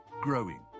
growing